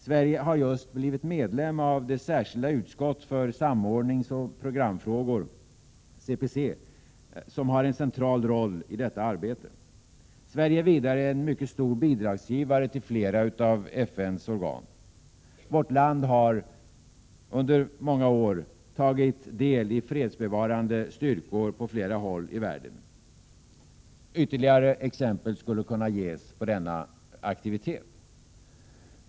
Sverige har just blivit medlem av det särskilda utskott för samordningsoch programfrågor, CPC, som har en central roll i detta arbete. Sverige är vidare en mycket stor bidragsgivare till flera av FN:s organ. Vårt land har dessutom under många år tagit del i fredsbevarande styrkor på flera håll i världen. Ytterligare exempel skulle kunna ges på denna aktivitet.